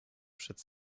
przed